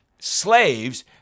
slaves